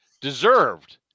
deserved